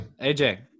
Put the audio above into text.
aj